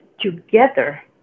together